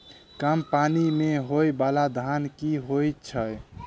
कम पानि मे होइ बाला धान केँ होइ छैय?